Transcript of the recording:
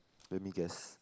let me guess